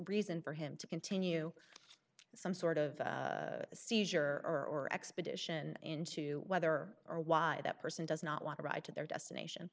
reason for him to continue some sort of seizure or expedition into whether or why that person does not want to ride to their destination